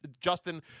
Justin